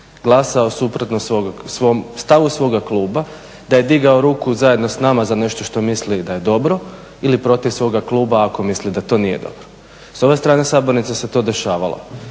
glasao suprotno stavu svoga kluba, da je digao ruku zajedno s nama za nešto što misli da je dobro ili protiv svoga kluba ako misli da to nije dobro. S ove strane sabornice se to dešavalo.